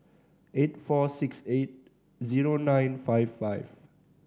eight four six eight zero nine five five